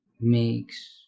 makes